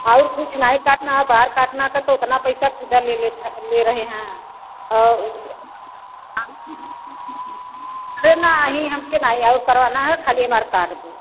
और कुछ नहीं काटना बाल काटना का तो उतना पैसा किधर लेत हैं ले रहे है और अरे नहीं हमको नहीं और करवाना है ख़ाली हमारा काट दो